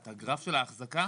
הגרף של האחזקה,